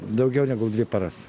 daugiau negu dvi paras